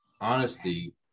honesty